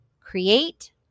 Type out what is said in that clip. create